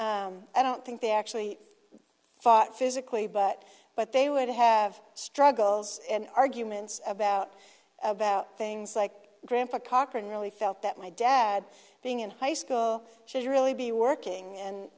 would i don't think they actually fought physically but but they would have struggles and arguments about about things like grandpa cochran really felt that my dad being in high school should really be working and